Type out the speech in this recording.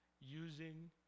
using